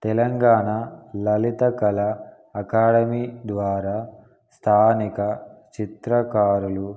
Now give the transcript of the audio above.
Telangana Lalitha Kala academy ద్వారా స్థానిక చిత్రకారులు